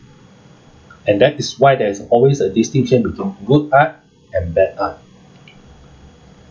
and that is why there is always a distinction between good art and bad art